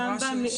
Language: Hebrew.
עבר ועדת שליש,